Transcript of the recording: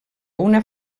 una